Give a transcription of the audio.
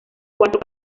cuatro